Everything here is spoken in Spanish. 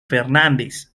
fernández